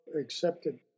accepted